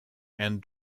and